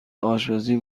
آشپزی